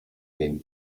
game